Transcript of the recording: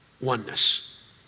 oneness